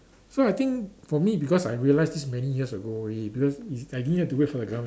so I think for me because I realize this many years ago already because is I didn't have to wait for the government